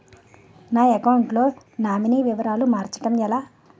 నా అకౌంట్ లో నామినీ వివరాలు మార్చటం ఎలా?